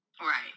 Right